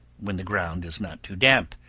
when the ground is not too damp,